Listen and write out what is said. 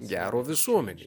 gero visuomenei